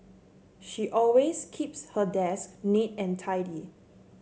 she always keeps her desk neat and tidy